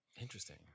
Interesting